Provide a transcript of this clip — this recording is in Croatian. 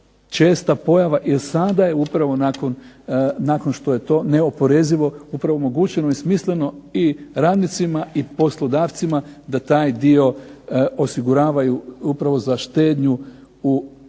česta pojava jer sada je upravo nakon što je to neoporezivo, upravo omogućeno i smisleno i radnicima i poslodavcima da taj dio osiguravaju upravo za štednju u